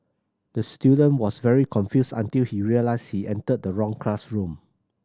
the student was very confused until he realised he entered the wrong classroom